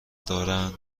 دارند